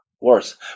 worse